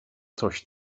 coś